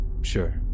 sure